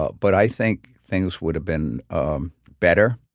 ah but i think things would have been um better.